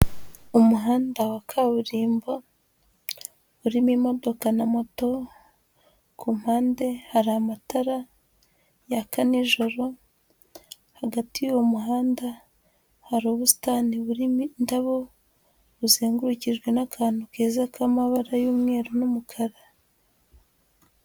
Umuhanda wa kaburimbo urimo imodoka na moto, ku mpande hari amatara yaka nijoro, hagati y'uwo muhanda hari ubusitani burimo indabo, buzengurukijwe n'akantu keza k'amabara y'umweru n'umukara.